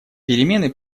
перемены